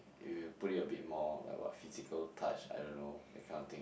if you put it a bit more like what physical touch I don't know that kind of thing